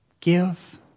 Give